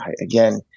again